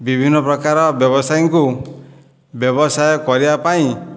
ବିଭିନ୍ନ ପ୍ରକାର ବ୍ୟବସାୟୀଙ୍କୁ ବ୍ୟବସାୟ କରିବାପାଇଁ